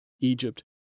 Egypt